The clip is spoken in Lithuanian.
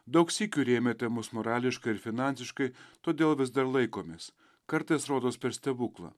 daug sykių rėmėte mus morališkai ir finansiškai todėl vis dar laikomės kartais rodos per stebuklą